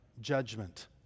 judgment